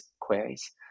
queries